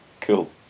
Cool